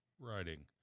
writing